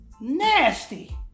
nasty